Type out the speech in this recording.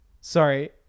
Sorry